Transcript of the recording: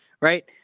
right